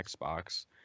Xbox